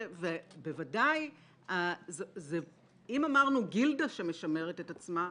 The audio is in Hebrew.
אם אמרנו גילדה שמשמרת את עצמה,